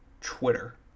Twitter